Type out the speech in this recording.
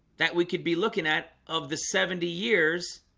that we could be looking at of the seventy years